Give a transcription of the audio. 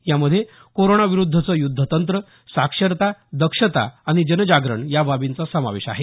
यामध्ये कोरोना विरुद्धचं युद्धतंत्र साक्षरता दक्षता आणि जनजागरण या बाबींचा समावेश आहे